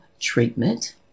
treatment